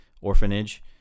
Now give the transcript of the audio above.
orphanage